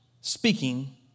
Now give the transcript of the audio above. speaking